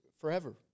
forever